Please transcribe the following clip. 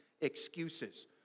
excuses